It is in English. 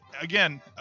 again